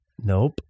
nope